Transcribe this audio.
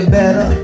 better